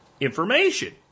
information